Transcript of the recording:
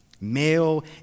Male